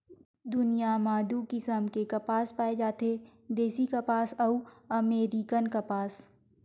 दुनिया म दू किसम के कपसा पाए जाथे देसी कपसा अउ अमेरिकन कपसा